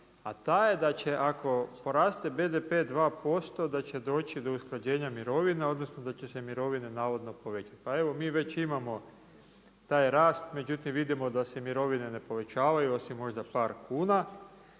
a taj je da će ako poraste BDP 2% da će doći do usklađenja mirovina, odnosno da će se mirovine navodno povećati. Pa evo, mi već imamo taj rast. Međutim, vidimo da se mirovine ne povećavaju osim možda par kuna.